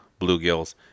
bluegills